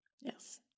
Yes